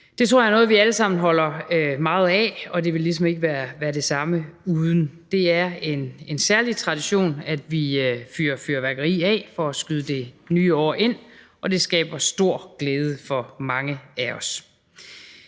Det tror jeg er noget, vi alle sammen holder meget af, og det ville ligesom ikke være det samme uden. Det er en særlig tradition, at vi fyrer fyrværkeri af for at skyde det nye år ind, og det skaber stor glæde for mange af os.